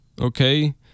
okay